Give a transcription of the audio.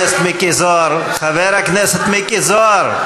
חבר הכנסת מיקי זוהר.